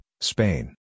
Spain